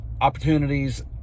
opportunities